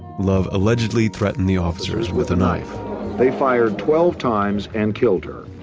love allegedly threatened the officers with a knife they fired twelve times and killed her.